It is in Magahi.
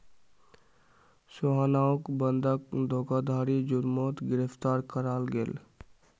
सोहानोक बंधक धोकधारी जुर्मोत गिरफ्तार कराल गेल